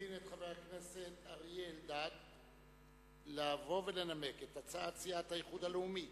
ומזמין את חבר הכנסת אריה אלדד לבוא ולנמק את הצעת סיעת האיחוד הלאומי